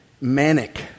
manic